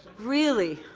really.